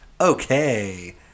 okay